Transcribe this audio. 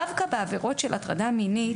דווקא בעבירות של הטרדה מינית,